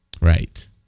Right